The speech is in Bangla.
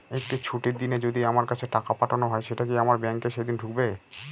একটি ছুটির দিনে যদি আমার কাছে টাকা পাঠানো হয় সেটা কি আমার ব্যাংকে সেইদিন ঢুকবে?